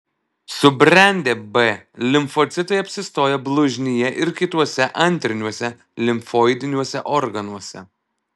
subrendę b limfocitai apsistoja blužnyje ir kituose antriniuose limfoidiniuose organuose